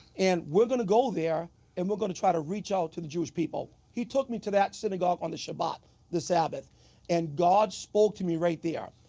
and we are going to go there and we are going to try to reach out to the jewish people. he took me to that synagogue on the shabbat the sabbath and god spoke to me right there.